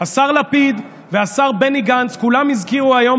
השר לפיד והשר בני גנץ כולם הזכירו היום,